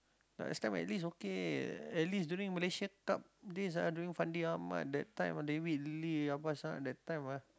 last time at least okay at least during Malaysia-Cup days ah during Fandi-Ahmad that time ah David-Lee that time ah